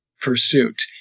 pursuit